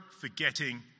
forgetting